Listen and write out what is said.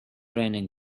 raining